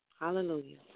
hallelujah